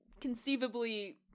conceivably